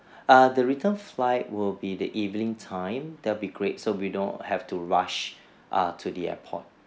err the return flight will be the evening time that'll be great so we don't have to rush uh to the airport